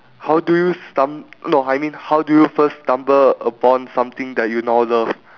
how do you stum~ no I mean how do you first stumble upon something that you now love